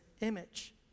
image